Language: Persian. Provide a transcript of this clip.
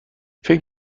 فکر